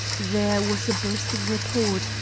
there was a bursting report,